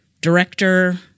director